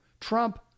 trump